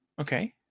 Okay